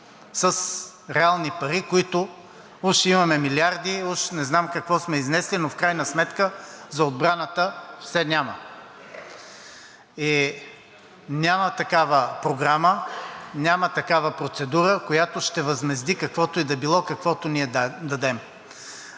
с реални пари, които уж имаме милиарди, уж не знам какво сме изнесли, но в крайна сметка за отбраната все няма. И няма такава програма, няма такава процедура, която ще възмезди каквото и да било, каквото ние дадем.